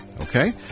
Okay